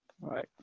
Right